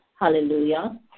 Hallelujah